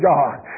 God